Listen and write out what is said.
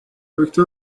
دکتر